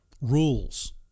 rules